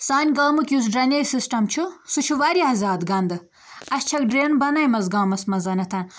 سانہِ گامُک یُس ڈرٛنیج سِسٹَم چھُ سُہ چھُ واریاہ زیادٕ گَندٕ اَسہِ چھَکھ ڈرٛین بَنٲیمژ گامَس منٛزَنتھ